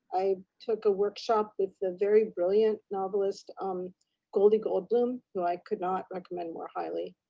i took a workshop with a very brilliant novelist um goldie goldbloom, who i could not recommend more highly,